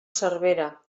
servera